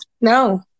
no